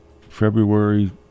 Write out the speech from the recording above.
February